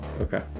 Okay